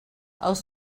els